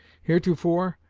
heretofore,